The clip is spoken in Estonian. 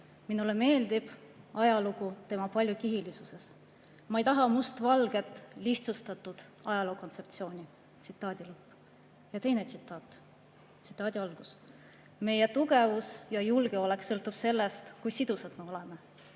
"Minule meeldib ajalugu tema paljukihilisuses. Ma ei taha mustvalget lihtsustatud ajalookontseptsiooni." Teine tsitaat: "Meie tugevus ja julgeolek sõltub sellest, kui sidusad me oleme.